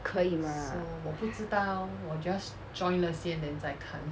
可以吗